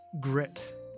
Grit